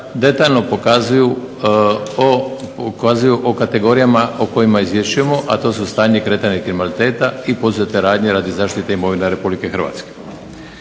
detaljno pokazuju o kategorijama o kojima izvješćujemo, a to su stanje i kretanje kriminaliteta i poduzete radnje radi zaštite imovine RH. Izvješće